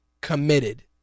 committed